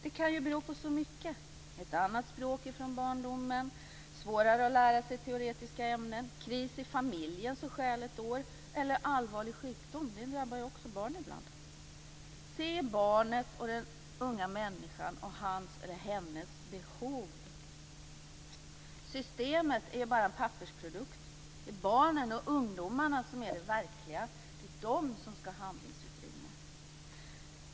Det kan ju bero på så mycket - ett annat språk från barndomen, svårare att lära sig teoretiska ämnen, kris i familjen som stjäl ett år eller en allvarlig sjukdom som också kan drabba barn ibland. Se barnet och den unga människan ur hans eller hennes behov! Systemet är bara en pappersprodukt. Det är barnen och ungdomarna som är verkliga, det är de som ska ha handlingsutrymme.